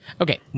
Okay